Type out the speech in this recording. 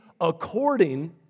according